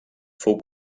fou